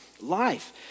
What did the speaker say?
life